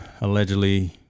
allegedly